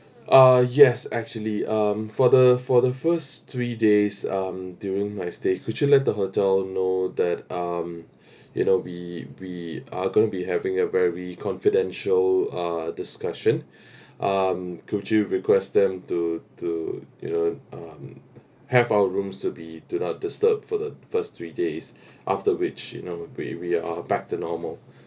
uh yes actually um for the for the first three days um during my stay could you let the hotel you know that um you know we we are going to be having a very confidential uh discussion um could you request them to to you know um have our rooms to be do not disturb for the first three days after which you know we we are back to normal